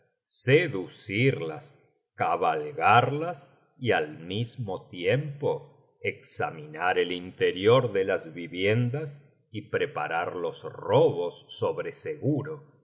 descubierta seducirlas cabalgarlas y al mismo tiempo examinar el interior de las viviendas y preparar los robos sobre seguro